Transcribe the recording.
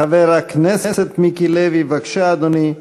חבר הכנסת מיקי לוי, בבקשה, אדוני,